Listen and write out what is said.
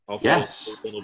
Yes